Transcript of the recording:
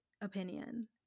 opinion